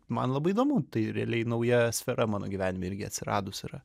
man labai įdomu tai realiai nauja sfera mano gyvenime irgi atsiradus yra